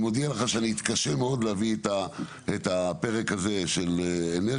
אני מודיע לך שאני אתקשה מאוד להביא את הפרק הזה של אנרגיה